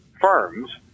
firms